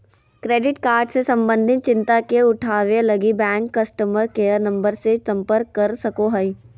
credit card से संबंधित चिंता के उठावैय लगी, बैंक कस्टमर केयर नम्बर से संपर्क कर सको हइ